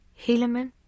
Helaman